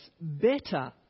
better